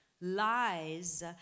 lies